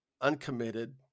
uncommitted